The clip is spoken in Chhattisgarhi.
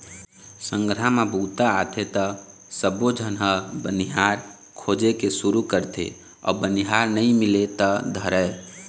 संघरा म बूता आथे त सबोझन ह बनिहार खोजे के सुरू करथे अउ बनिहार नइ मिले ल धरय